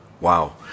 Wow